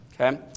okay